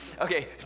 Okay